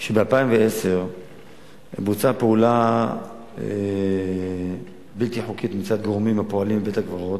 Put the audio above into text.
זה שב-2010 בוצעה פעולה בלתי חוקית מצד גורמים הפועלים בבית-הקברות,